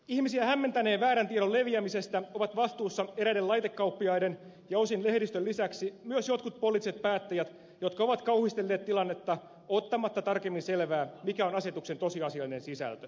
ihmisiä hämmentäneen väärän tiedon leviämisestä ovat vastuussa eräiden laitekauppiaiden ja osin lehdistön lisäksi myös jotkut poliittiset päättäjät jotka ovat kauhistelleet tilannetta ottamatta tarkemmin selvää mikä on asetuksen tosiasiallinen sisältö